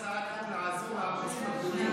הוא ניסה לקדם הצעת חוק לעזור לערוצים הגדולים.